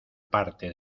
parte